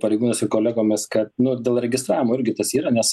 pareigūnais ir kolegomis kad nu dėl registravimo irgi tas yra nes